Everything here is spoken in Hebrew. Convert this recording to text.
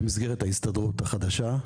במסגרת ההסתדרות החדשה,